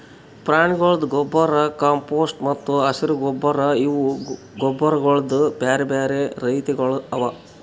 ಪ್ರಾಣಿಗೊಳ್ದು ಗೊಬ್ಬರ್, ಕಾಂಪೋಸ್ಟ್ ಮತ್ತ ಹಸಿರು ಗೊಬ್ಬರ್ ಇವು ಗೊಬ್ಬರಗೊಳ್ದು ಬ್ಯಾರೆ ಬ್ಯಾರೆ ರೀತಿಗೊಳ್ ಅವಾ